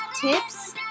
tips